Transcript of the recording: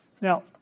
Now